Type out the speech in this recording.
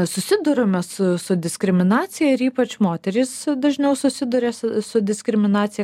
susiduriame su su diskriminacija ir ypač moterys dažniau susiduria su diskriminacija